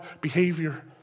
behavior